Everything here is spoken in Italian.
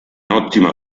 ottima